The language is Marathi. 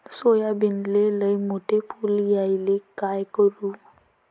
सोयाबीनले लयमोठे फुल यायले काय करू?